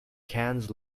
cannes